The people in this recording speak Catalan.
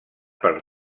per